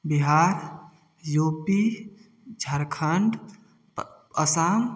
Bihar U P Jharkhand Assam